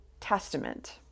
Testament